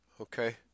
Okay